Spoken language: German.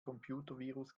computervirus